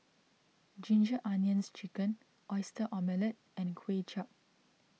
Ginger Onions Chicken Oyster Omelette and Kway Chap